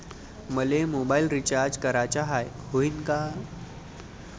मले mobile recharge कराचा हाय, होईनं का?